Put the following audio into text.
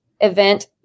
event